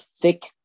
thick